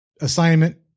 assignment